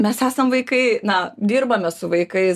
mes esam vaikai na dirbame su vaikais